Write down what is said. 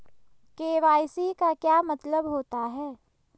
KYC का क्या मतलब होता है?